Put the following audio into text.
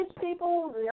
people